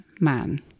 man